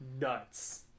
nuts